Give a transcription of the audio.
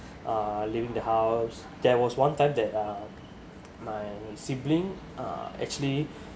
uh leaving the house there was one time that uh my sibling uh actually